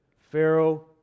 Pharaoh